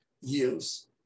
years